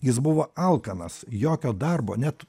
jis buvo alkanas jokio darbo net